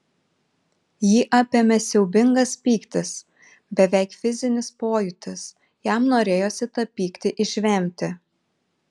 jį apėmė siaubingas pyktis beveik fizinis pojūtis jam norėjosi tą pyktį išvemti